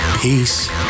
Peace